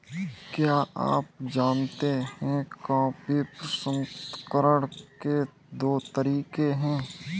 क्या आप जानते है कॉफी प्रसंस्करण के दो तरीके है?